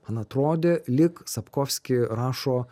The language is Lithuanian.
man atrodė lyg sapkovski rašo